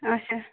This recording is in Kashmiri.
اچھا